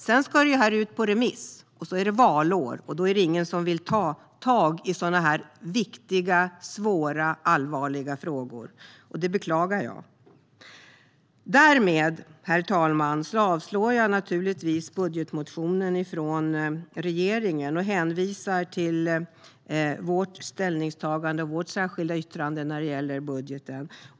Sedan ska detta ut på remiss, och sedan är det valår, och då är det ingen som vill ta tag i sådana här viktiga, svåra och allvarliga frågor. Det beklagar jag. Därmed, herr talman, yrkar jag avslag på budgetmotionen från regeringen och hänvisar till vårt ställningstagande och vårt särskilda yttrande när det gäller budgeten.